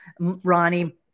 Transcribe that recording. Ronnie